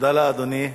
תודה לאדוני.